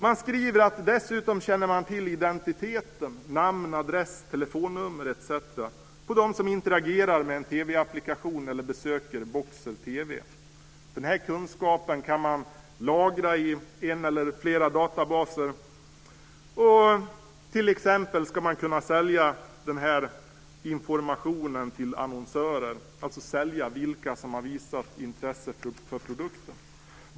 De skriver att de dessutom känner till identiteten, namn, adress, telefonnummer etc., på dem som interagerar med en tv-applikation eller besöker Boxer-TV. Den här kunskapen kan man lagra i en eller flera databaser. Man ska t.ex. kunna sälja den här informationen till annonsörer, alltså sälja uppgifter om vilka som har visat intresse för produkter.